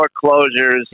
foreclosures